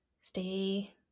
stay